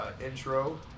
intro